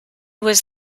was